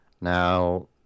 Now